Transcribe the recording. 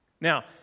Now